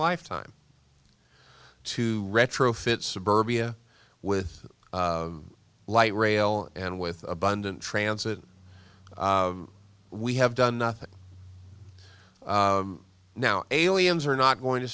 lifetime to retrofit suburbia with light rail and with abundant transit we have done nothing now aliens are not going to